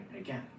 again